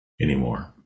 anymore